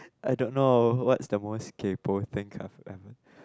I don't know what's the most kaypoh thing I've ever